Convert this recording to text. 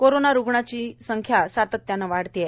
corona रुग्णांची संख्या सातत्याने वाढत आहे